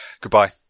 Goodbye